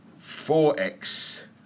4X